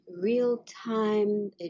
real-time